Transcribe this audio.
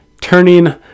turning